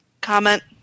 comment